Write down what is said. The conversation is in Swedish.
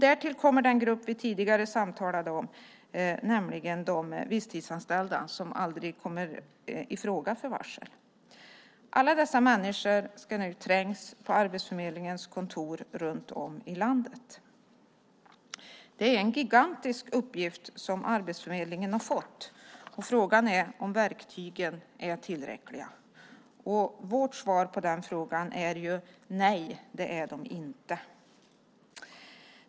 Vidare tillkommer den grupp som vi tidigare samtalat om, nämligen de visstidsanställda som ju aldrig kommer i fråga för varsel. Alla dessa människor ska nu trängas på Arbetsförmedlingens kontor runt om i landet. Det är en gigantisk uppgift som Arbetsförmedlingen har fått. Frågan är om verktygen är tillräckliga. Vårt svar på den frågan är: Nej, det är de inte.